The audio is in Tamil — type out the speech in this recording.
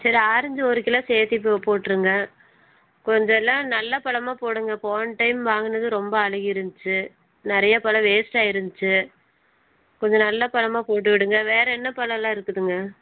சரி ஆரஞ்சி ஒரு கிலோ சேத்து போ போட்டுருங்க கொஞ்சம் எல்லாம் நல்ல பழமாக போடுங்கள் போன டைம் வாங்கினது ரொம்ப அழுகி இருந்துச்சி நிறையா பழம் வேஸ்ட்டாக இருந்துச்சி கொஞ்சம் நல்ல பழமாக போட்டு விடுங்கள் வேறு என்ன பழம்லாம் இருக்குதுங்க